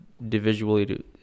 Individually